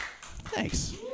Thanks